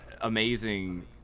amazing